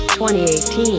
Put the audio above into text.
2018